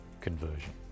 conversion